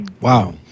Wow